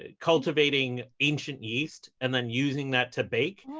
ah cultivating ancient yeast and then using that to bake.